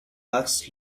ask